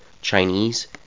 Chinese